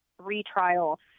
retrial